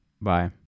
Bye